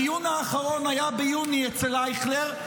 והדיון האחרון היה ביוני אצל אייכלר.